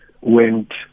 went